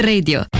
Radio